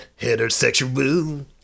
heterosexual